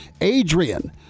Adrian